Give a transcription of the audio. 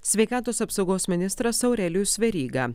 sveikatos apsaugos ministras aurelijus veryga